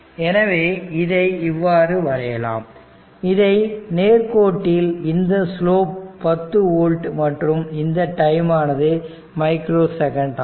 எனவே இதை இவ்வாறு வரையலாம் இந்த நேர்கோட்டில் இந்த ஸ்லோப் 10 ஓல்ட் மற்றும் இந்த டைம் ஆனது மைக்ரோ செகண்ட் ஆகும்